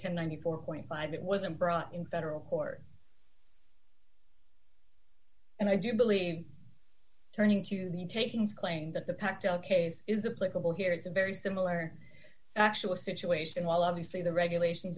to ninety four point five it wasn't brought in federal court and i do believe turning to the tapings claim that the pact ok's is the political here it's a very similar actual situation while obviously the regulations